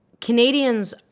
Canadians